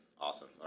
awesome